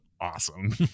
awesome